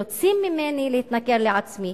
שרוצים ממני להתנכר לעצמי.